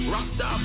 Rasta